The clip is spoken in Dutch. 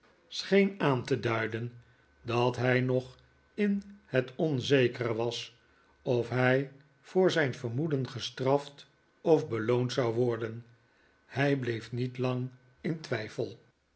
scheen aan te ii nikolaas nickleby duiden dat hij nog in het onzekere was of hij voor zijn vermoeden gestraft of beloond zou worden hij bleef niet lang in twijfel